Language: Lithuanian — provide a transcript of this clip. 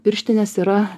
pirštinės yra